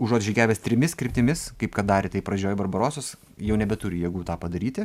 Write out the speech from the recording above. užuot žygiavęs trimis kryptimis kaip kad darė tai pradžioj barbarosos jau nebeturi jėgų tą padaryti